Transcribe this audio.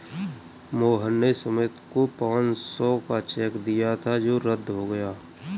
मोहन ने सुमित को पाँच सौ का चेक दिया था जो रद्द हो गया